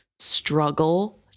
struggle